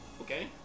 Okay